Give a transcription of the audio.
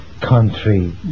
country